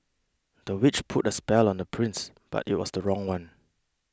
the witch put a spell on the prince but it was the wrong one